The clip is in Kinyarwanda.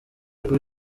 kuri